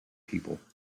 people